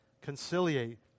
conciliate